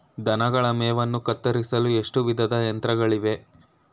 ದನಗಳ ಮೇವನ್ನು ಕತ್ತರಿಸಲು ಎಷ್ಟು ವಿಧದ ಯಂತ್ರಗಳಿವೆ?